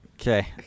Okay